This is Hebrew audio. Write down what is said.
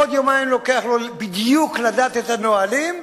עוד יומיים לוקח לו בדיוק לדעת את הנהלים,